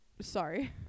sorry